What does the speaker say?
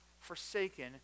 forsaken